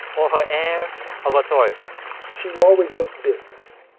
or her air of authority she always looked business.